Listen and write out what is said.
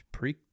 Pre